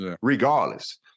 regardless